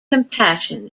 compassion